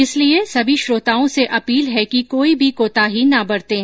इसलिए सभी श्रोताओं से अपील है कि कोई भी कोताही न बरतें